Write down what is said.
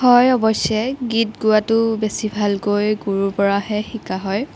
হয় অৱশ্যে গীত গোৱাটো বেছি ভালকৈ গুৰুৰ পৰাহে শিকা হয়